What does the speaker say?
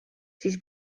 siis